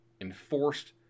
enforced